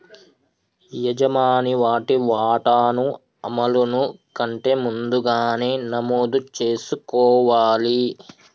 యజమాని వాటి వాటాను అమలును కంటే ముందుగానే నమోదు చేసుకోవాలి